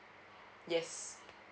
yes